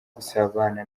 gusabana